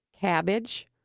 cabbage